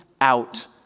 out